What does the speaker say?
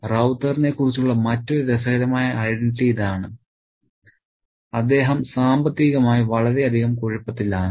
റൌത്തറിനെക്കുറിച്ചുള്ള മറ്റൊരു രസകരമായ ഐഡന്റിറ്റി ഇതാണ് അദ്ദേഹം സാമ്പത്തികമായി വളരെയധികം കുഴപ്പത്തിലാണ്